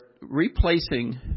replacing